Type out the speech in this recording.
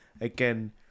again